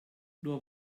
nur